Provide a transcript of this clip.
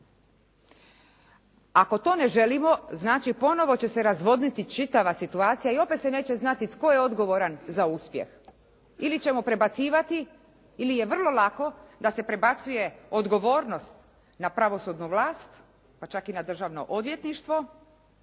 Ako to ne želimo znači ponovno će se razvodniti čitava situacija i opet se neće znati tko je odgovoran za uspjeh? Ili ćemo prebacivati ili je vrlo lako da se prebacuje odgovornost na pravosudnu vlast pa čak i na Državno odvjetništvo